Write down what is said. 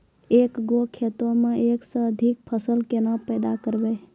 एक गो खेतो मे एक से अधिक फसल केना पैदा करबै?